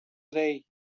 dig